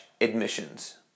admissions